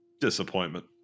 Disappointment